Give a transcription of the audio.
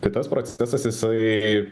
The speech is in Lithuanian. tai tas procesas jisai